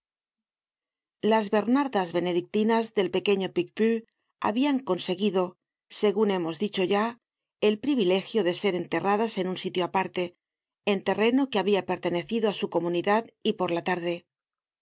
las bernardas benedictinas del pequeño picpus habian conseguido segun hemos dicho ya el privilegio de ser enterradas en un sitio apar te en terreno que habia pertenecido á su comunidad y por la tarde